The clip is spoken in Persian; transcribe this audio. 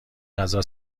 غذا